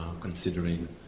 considering